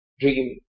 dream